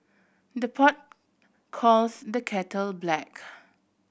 the pot calls the kettle black